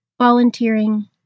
volunteering